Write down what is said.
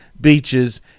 beaches